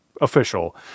official